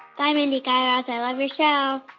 bye, mindy, guy raz. i love your show